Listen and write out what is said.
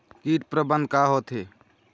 कीट प्रबंधन का होथे?